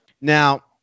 now